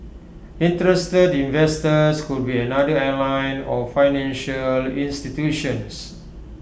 interested investors could be another airline or financial institutions